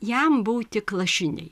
jam buvo tik lašiniai